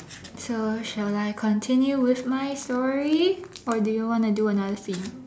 so shall I continue with my story or do you wanna do another theme